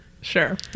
Sure